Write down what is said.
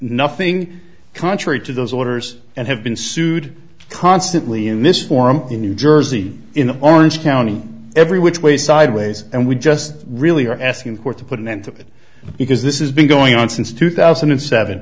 nothing contrary to those orders and have been sued constantly in this forum in new jersey in orange county every which way sideways and we just really are asking the court to put an end to it because this is been going on since two thousand and seven